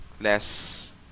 less